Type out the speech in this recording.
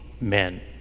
men